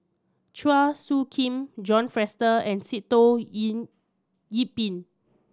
Chua Soo Khim John Fraser and Sitoh Yih Pin